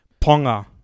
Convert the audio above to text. Ponga